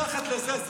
מאיפה ראש הממשלה?